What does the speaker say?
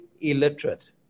illiterate